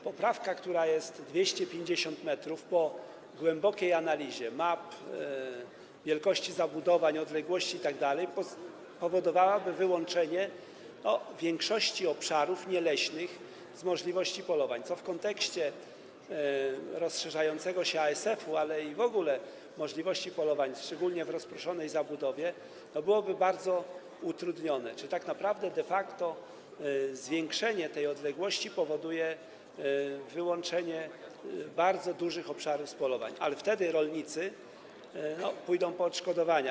Poprawka, która dotyczy 250 m, co wynika z głębokiej analizy wielkości zabudowań, odległości itd., powodowałaby wyłączenie większości obszarów nieleśnych z możliwości polowań, co w kontekście rozszerzającego się ASF, ale i w ogóle możliwości polowań, szczególnie w rozproszonej zabudowie, powodowałoby bardzo dużo utrudnień, czyli tak naprawdę, de facto zwiększenie tej odległości powoduje wyłączenie bardzo dużych obszarów z polowań, ale wtedy rolnicy pójdą po odszkodowania.